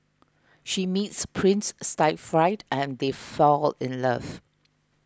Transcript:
she meets Prince Siegfried and they fall in love